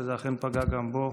וזה אכן פגע גם בו,